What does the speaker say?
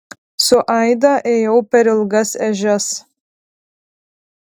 su aida ėjau per ilgas ežias